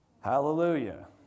Hallelujah